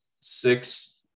six